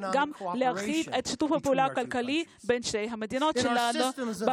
להרחיב את שיתוף הפעולה הכלכלי בין שתי המדינות שלנו.